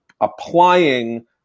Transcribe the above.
applying